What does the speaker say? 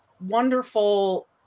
wonderful